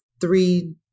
three